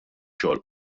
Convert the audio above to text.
xogħol